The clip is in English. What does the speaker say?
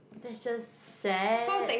that's just sad